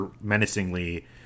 menacingly